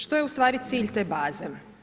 Što je ustvari cilj te baze?